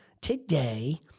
today